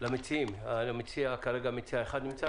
כרגע נמצא מציע אחד כאן.